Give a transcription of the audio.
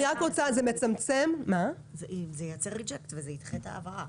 זה מייצר ריג'קט וזה מצמצם את ההעברה.